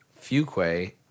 Fuquay